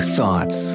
Thoughts